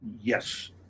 Yes